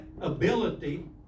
ability